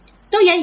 तो यह यहाँ है